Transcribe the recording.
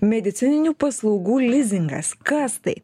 medicininių paslaugų lizingas kas tai